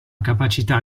capacità